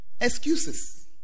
excuses